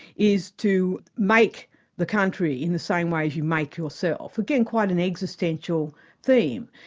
is to make the country in the same way as you make yourself, again quite an existential theme,